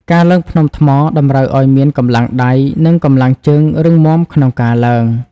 ការឡើងភ្នំថ្មតម្រូវឱ្យមានកម្លាំងដៃ និងកម្លាំងជើងរឹងមាំក្នុងការឡើង។